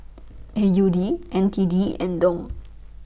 A U D N T D and Dong